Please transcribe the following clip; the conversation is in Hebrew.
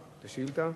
השאילתא.